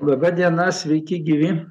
laba diena sveiki gyvi